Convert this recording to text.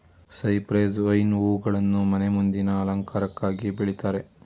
cypress vine ಹೂಗಳನ್ನು ಮನೆ ಮುಂದಿನ ಅಲಂಕಾರಕ್ಕಾಗಿ ಬೆಳಿತಾರೆ